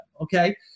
okay